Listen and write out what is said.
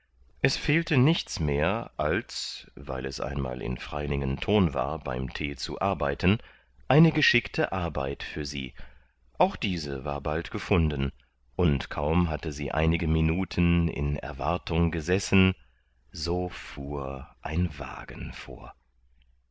es fehlte nichts mehr als weil es einmal in freilingen ton war beim tee zu arbeiten eine geschickte arbeit für sie auch diese war bald gefunden und kaum hatte sie einige minuten in erwartung gesessen so fuhr ein wagen vor